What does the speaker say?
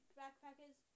backpackers